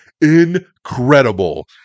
incredible